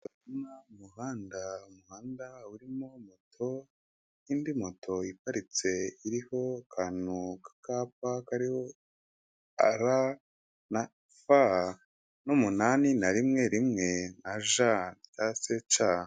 Umuhanda, umuhanda urimo moto n'indi moto iparitse iriho akantu k'akapa kariho ara na fa n'umunani na rimwe rimwe na ja cyangwa se ca.